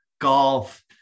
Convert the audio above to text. golf